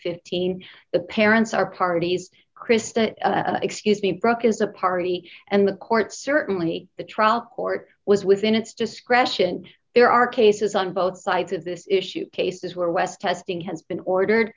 fifteen the parents are parties christo excuse me broke is a party and the court certainly the trial court was within its discretion and there are cases on both sides of this issue cases where west testing has been ordered